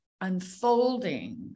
unfolding